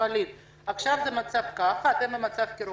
עכשיו המצב כזה, אתם במצב חירום.